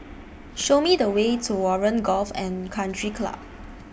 Show Me The Way to Warren Golf and Country Club